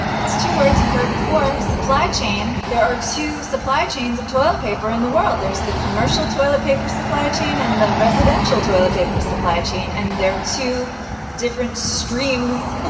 it's two words you've heard before. supply chain. there are two supply chains of toilet paper in the world. there's the commercial toilet paper, supply chain and the residential toilet paper supply chain. and they're two different streams. but